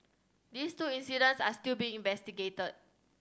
these two incidents are still being investigated